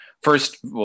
first